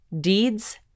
deeds